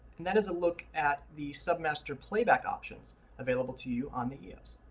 and that is a look at the submaster playback option available to you on the eos.